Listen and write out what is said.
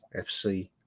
FC